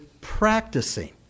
practicing